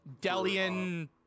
Delian